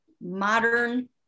modern